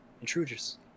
intruders